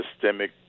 systemic